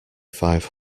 five